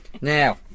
now